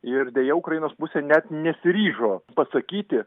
ir deja ukrainos pusė net nesiryžo pasakyti